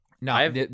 No